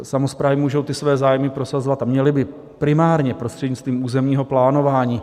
Samosprávy můžou své zájmy prosazovat a měly by primárně prostřednictvím územního plánování.